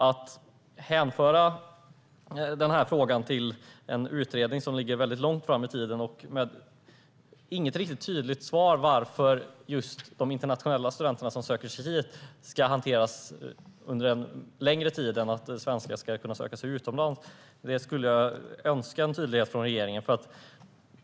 Statsrådet hänvisar till en utredning som ligger långt fram i tiden och ger inget tydligt svar på varför frågan om internationella studenter som söker sig hit ska hanteras under längre tid än frågan om svenskar som söker sig utomlands. Jag önskar en tydlighet från regeringen här.